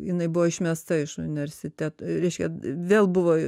jinai buvo išmesta iš universiteto reiškia vėl buvo